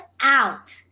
out